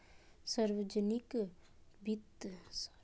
सावर्जनिक वित्त मे सरकारी राजस्व और खर्च के मूल्यांकन होवो हय